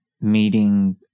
meeting